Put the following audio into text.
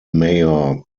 mayor